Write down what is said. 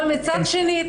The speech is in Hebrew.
אבל מצד שני,